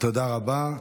תודה רבה.